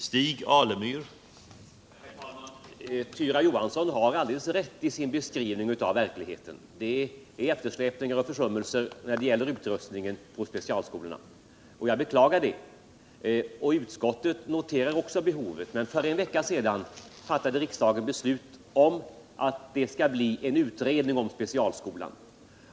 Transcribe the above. Herr talman! Tyra Johansson har alldeles rätt i sin beskrivning av verkligheten. Det är eftersläpningar och försummelser när det gäller utrustningen på specialskolorna. Jag beklagar det, och utskottet noterar också behovet. Men för en vecka sedan fattade riksdagen beslut om att det skall bli en utredning om specialskolan.